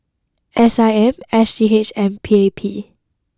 S I M S G H and P A P